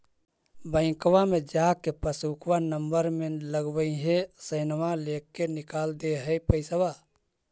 बैंकवा मे जा के पासबुकवा नम्बर मे लगवहिऐ सैनवा लेके निकाल दे है पैसवा?